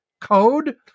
code